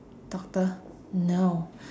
doctor no